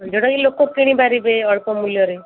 ଯୋଉଟା କି ଲୋକ କିଣି ପାରିବେ ଅଳ୍ପ ମୂଲ୍ୟରେ